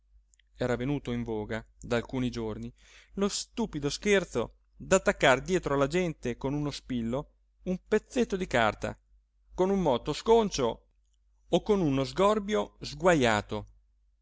era venuto in voga da alcuni giorni lo stupido scherzo d'attaccar dietro alla gente con uno spillo un pezzetto di carta con un motto sconcio o con uno sgorbio sguajato